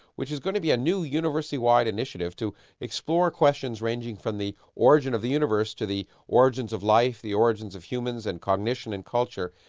which is going to be a new university-wide initiative to explore questions ranging from the origin of the universe to the origins of life, the origins of humans and cognition and culture.